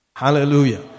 Hallelujah